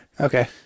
Okay